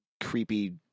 creepy